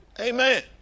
Amen